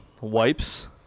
wipes